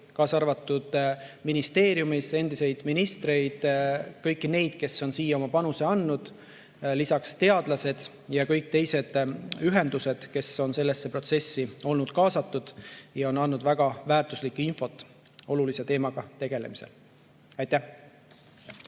kaasa arvatud ministeeriumi endiseid ministreid, kes on siia oma panuse andnud, lisaks teadlasi ja kõik ühendusi, kes on sellesse protsessi olnud kaasatud ja andnud väga väärtuslikku infot selle olulise teemaga tegelemisel. Aitäh!